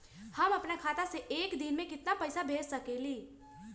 हम अपना खाता से एक दिन में केतना पैसा भेज सकेली?